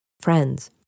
Friends